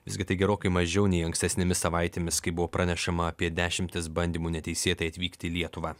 visgi tai gerokai mažiau nei ankstesnėmis savaitėmis kai buvo pranešama apie dešimtis bandymų neteisėtai atvykt į lietuvą